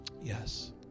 Yes